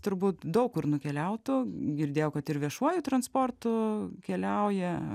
turbūt daug kur nukeliautų girdėjau kad ir viešuoju transportu keliauja